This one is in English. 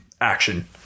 action